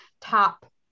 top